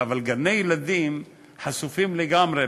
אבל גני-ילדים חשופים לגמרי.